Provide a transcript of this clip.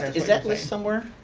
is that list somewhere?